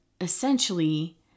essentially